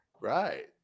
Right